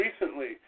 recently